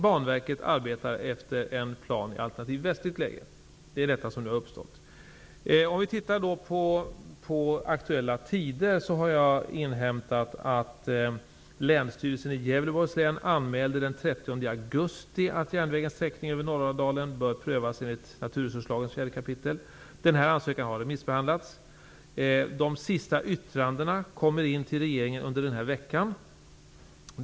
Banverket arbetar efter en plan med alternativet västligt läge. Det är den situation som har uppstått. Jag har inhämtat att Länsstyrelsen i Gävleborgs län anmälde den 30 augusti att järnvägens sträckning över Norraladalen bör prövas enligt 4 kap. naturresurslagen. Den ansökan har remissbehandlats. De sista yttrandena kommer in till regeringen under denna vecka.